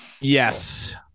Yes